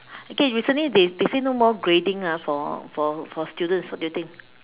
okay recently they they said no more grading ah for for for students what do you think